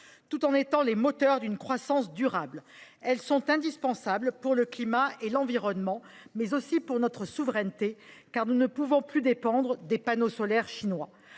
tout en étant les moteurs d’une croissance durable. Elles sont indispensables pour le climat et pour l’environnement, mais aussi pour notre souveraineté, car nous ne pouvons plus dépendre des panneaux solaires chinois.